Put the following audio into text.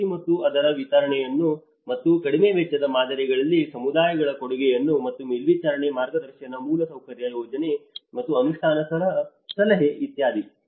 ತರಬೇತಿ ಮತ್ತು ಅದರ ವಿತರಣೆಯನ್ನು ಮತ್ತು ಕಡಿಮೆ ವೆಚ್ಚದ ಮಾದರಿಗಳಲ್ಲಿ ಸಮುದಾಯಗಳ ಕೊಡುಗೆಯನ್ನು ಮತ್ತು ಮೇಲ್ವಿಚಾರಣೆ ಮಾರ್ಗದರ್ಶನ ಮೂಲಸೌಕರ್ಯ ಯೋಜನೆ ಮತ್ತು ಅನುಷ್ಠಾನಕ್ಕೆ ಸಲಹೆ ಇತ್ಯಾದಿ